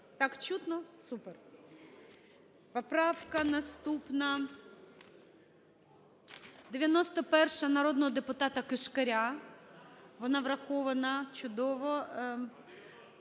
Так чутно? Супер. Поправка наступна 91-а народного депутата Кишкаря. Вона врахована. Чудово.